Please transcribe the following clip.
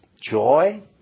Joy